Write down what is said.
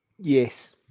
Yes